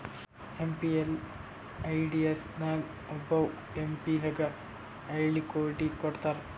MPLADS ನಾಗ್ ಒಬ್ಬವ್ M P ಗ ಐಯ್ಡ್ ಕೋಟಿ ಕೊಡ್ತಾರ್